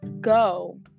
go